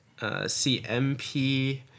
CMP